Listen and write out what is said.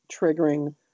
triggering